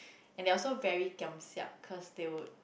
and they are also very giam siap cause they would